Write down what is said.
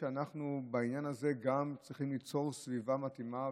אנחנו בעניין הזה גם צריכים ליצור סביבה מתאימה.